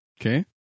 okay